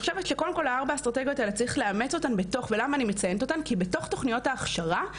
אני חושבת שהארבע אסטרטגיות האלה צריך לאמץ אותן בתוך תוכניות ההכשרה.